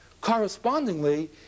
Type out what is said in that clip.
Correspondingly